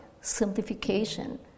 simplification